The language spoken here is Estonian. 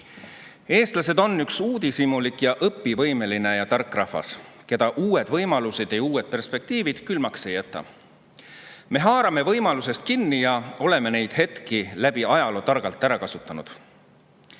kitsaks. Eestlased on üks uudishimulik, õpivõimeline ja tark rahvas, keda uued võimalused ja uued perspektiivid külmaks ei jäta. Me haarame võimalusest kinni ja oleme neid hetki läbi ajaloo targalt ära kasutanud.